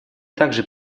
также